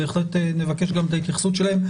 בהחלט נבקש את ההתייחסות שלהם.